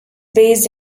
based